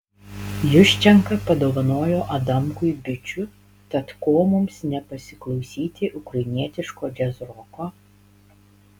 juščenka padovanojo adamkui bičių tad ko mums nepasiklausyti ukrainietiško džiazroko